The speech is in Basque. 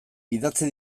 idatzi